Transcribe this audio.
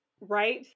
Right